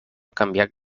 canviat